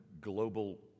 global